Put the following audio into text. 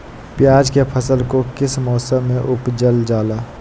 प्याज के फसल को किस मौसम में उपजल जाला?